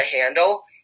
handle